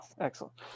excellent